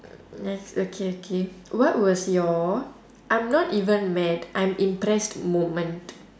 yes okay okay what was your I'm not even mad I'm impressed moment